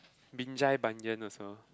Binjai-Banyan also